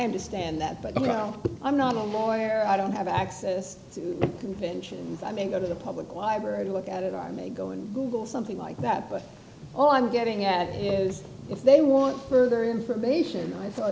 understand that but i know i'm not a lawyer i don't have access to conventions i may go to the public library to look at it i may go and google something like that but all i'm getting at is if they want further information i thought